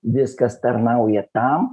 viskas tarnauja tam